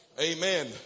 Amen